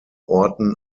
orten